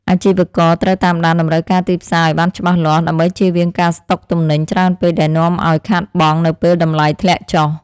អាជីវករត្រូវតាមដានតម្រូវការទីផ្សារឱ្យបានច្បាស់លាស់ ដើម្បីជៀសវាងការស្តុកទំនិញច្រើនពេកដែលនាំឱ្យខាតបង់នៅពេលតម្លៃធ្លាក់ចុះ។